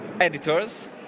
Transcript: editors